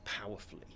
powerfully